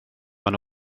maen